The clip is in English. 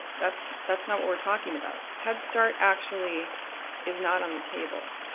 that's that's not what we're talking about. head start actually is not on the table.